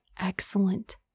excellent